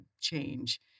change